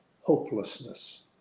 hopelessness